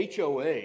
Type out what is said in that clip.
HOA